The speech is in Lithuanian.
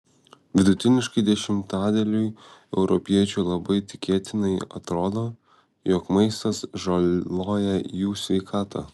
vidutiniškai dešimtadaliui europiečių labai tikėtinai atrodo jog maistas žaloja jų sveikatą